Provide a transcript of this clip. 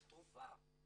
זה תרופה.